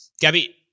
Gabby